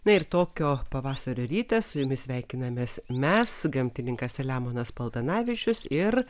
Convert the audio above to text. na ir tokio pavasario rytą su jumis sveikinamės mes gamtininkas selemonas paltanavičius ir